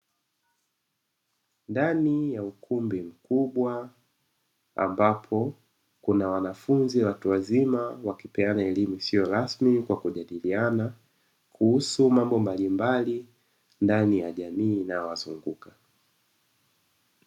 Ndani ya ukumbi mkubwa ambapo kuna wanafunzi watu wazima wakipeana elimu isiyo rasmi kwa kujadiliana kuhusu mambo mbalimbali ndani ya jamii inayowazunguka.